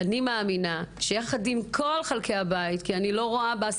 אני מאמינה שיחד עם כל חלקי הבית כי הוועדה